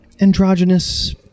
androgynous